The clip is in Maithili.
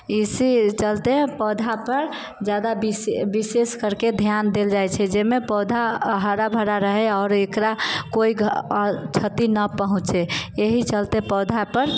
एहि चलते पौधा पर जादा विशेष विशेष करके ध्यान देल जाइत छै जाहिमे पौधा हरा भरा रहै आओर एकरा कोइ क्षति नहि पहुँचै एहि चलते पौधा पर